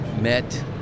met